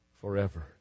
forever